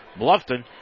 Bluffton